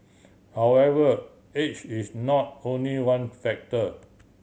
however age is not only one factor